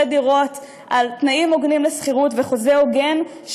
דירות על תנאים הוגנים לשכירות וחוזה הוגן,